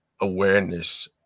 awareness